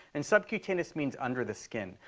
and subcutaneous means under the skin.